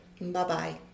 Bye-bye